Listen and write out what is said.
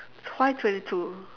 why twenty two